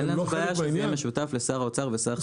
אין לנו בעיה שזה יהיה משותף לשר האוצר ולשר החקלאות.